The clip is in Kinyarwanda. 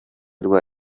rwa